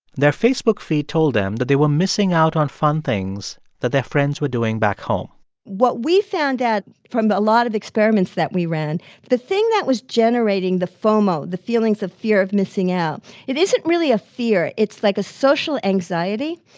their facebook feed told them that they were missing out on fun things that their friends were doing back home what we found out from a lot of experiments that we ran the thing that was generating the fomo, the feelings of fear of missing out it isn't really a fear. it's like a social anxiety,